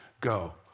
go